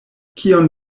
kion